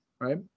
right